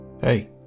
Hey